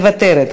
מוותרת.